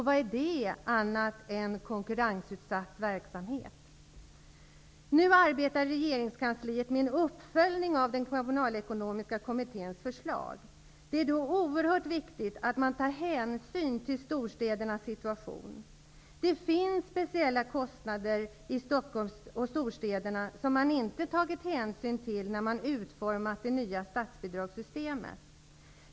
Vad är det, om inte konkurrensutsatt verksamhet? Nu arbetar regeringskansliet med en uppföljning av den Kommunalekonomiska kommitténs förslag. Då är det oerhört viktigt att man tar hänsyn till storstädernas situation. Det finns speciella kostnader i Stockholm och storstäderna som man inte tagit hänsyn till när man utformat det nya statsbidragssystemet.